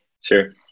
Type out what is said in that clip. Sure